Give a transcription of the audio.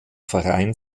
verein